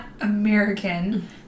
American